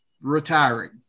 retiring